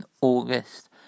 August